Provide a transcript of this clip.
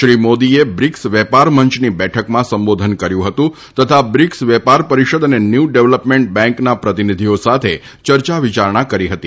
શ્રી મોદીએ બ્રિકસ વેપાર મંયની બેઠકમાં સંબોધન કર્યુ હતું તથા બ્રિકસ વેપાર પરીષદ અને ન્યુ ડેવલપમેન્ટ બેંકના પ્રતિનિધિઓ સાથે ચર્યા વિયારણા કરી હતી